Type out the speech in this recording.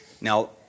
Now